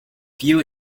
few